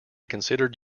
considered